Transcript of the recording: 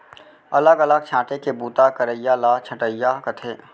अलग अलग छांटे के बूता करइया ल छंटइया कथें